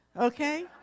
okay